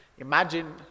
imagine